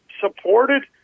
supported